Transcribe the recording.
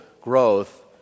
growth